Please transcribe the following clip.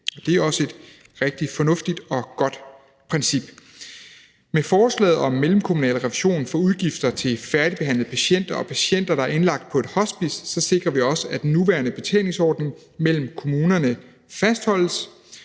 Det er også et rigtig fornuftigt og godt princip. Med forslaget om mellemkommunal refusion for udgifter til færdigbehandlede patienter og patienter, der er indlagt på et hospice, sikrer vi også, at den nuværende betalingsordning mellem kommunerne fastholdes.